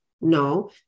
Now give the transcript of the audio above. No